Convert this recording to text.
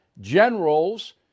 generals